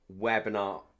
webinar